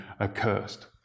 accursed